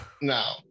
No